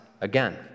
again